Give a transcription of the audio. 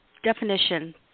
definition